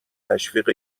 تشویق